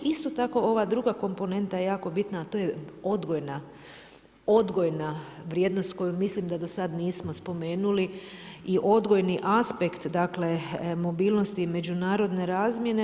Isto takova ova druga komponenta je jako bitna a to je odgojna vrijednost koju mislim da dosad nismo spomenuli i odgojni aspekt mobilnosti međunarodne razmjene.